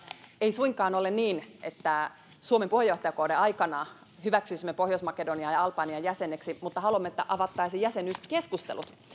ei suinkaan ole niin että suomen puheenjohtajakauden aikana hyväksyisimme pohjois makedonian ja albanian jäseniksi mutta haluamme että avattaisiin jäsenyyskeskustelut